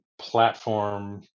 Platform